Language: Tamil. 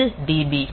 இது DB